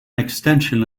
extension